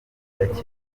ndakeka